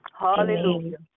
Hallelujah